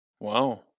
Wow